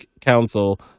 Council